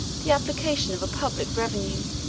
the application of a public revenue,